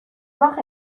baje